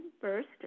first